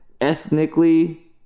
ethnically